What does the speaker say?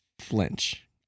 flinch